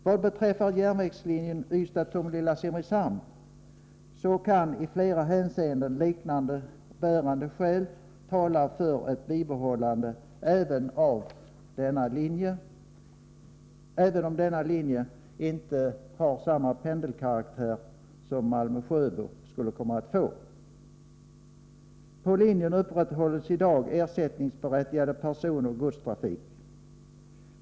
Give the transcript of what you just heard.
Vad beträffar järnvägslinjen Ystad-Tomelilla-Simrishamn kan i flera hänseenden liknande bärande skäl tala för ett bibehållande, även om denna linje inte har samma pendelkaraktär som Malmö-Sjöbo skulle kunna få. På linjen upprätthålls i dag ersättningsberättigad personoch godstrafik.